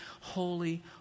holy